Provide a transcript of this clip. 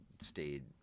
stayed